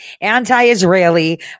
anti-Israeli